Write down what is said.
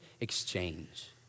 exchange